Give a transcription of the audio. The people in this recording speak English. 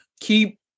Keep